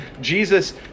Jesus